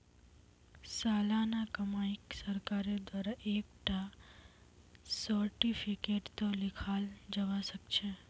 सालाना कमाईक सरकारेर द्वारा एक टा सार्टिफिकेटतों लिखाल जावा सखछे